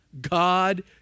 God